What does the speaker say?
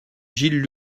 gilles